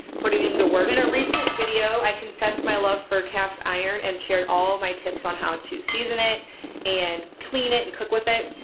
putting them to work. in a recent video i confess my love for cast iron and share all my tips on how to season it and clean it and cook with it.